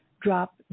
drop